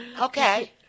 okay